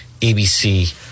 ABC